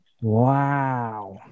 Wow